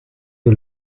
you